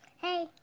Hey